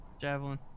Javelin